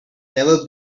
never